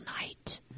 night